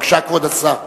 בבקשה, כבוד השר.